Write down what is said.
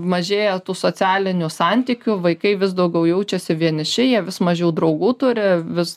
mažėja tų socialinių santykių vaikai vis daugiau jaučiasi vieniši jie vis mažiau draugų turi vis